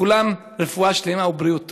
לכולם רפואה שלמה ובריאות טובה.